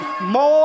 more